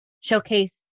showcase